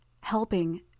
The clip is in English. helping